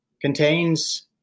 contains